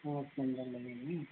पाँच नम्बर लगेंगे